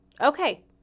Okay